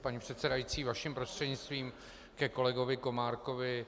Paní předsedající, vaším prostřednictvím ke kolegovi Komárkovi.